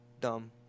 dumb